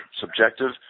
subjective